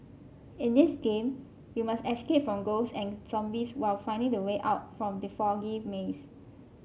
in this game you must escape from ghosts and zombies while finding the way out from the foggy maze